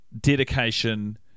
dedication